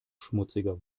schmutziger